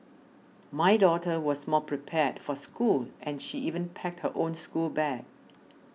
my daughter was more prepared for school and she even packed her own schoolbag